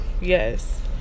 yes